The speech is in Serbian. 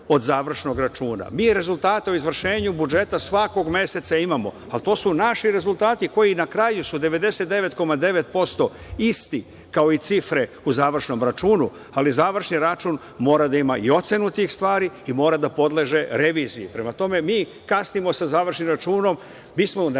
od završnog računa. Mi rezultate o izvršenju budžeta svakog meseca imamo, ali to su naši rezultati koji su na kraju 99,9% isti kao i cifre u završnom računu, ali završni račun mora da ima i ocenu tih stvari i mora da podleže reviziji. Prema tome, mi kasnimo sa završnim računom. Mi smo na